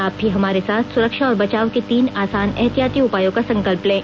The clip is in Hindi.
आप भी हमारे साथ सुरक्षा और बचाव के तीन आसान एहतियाती उपायों का संकल्प लें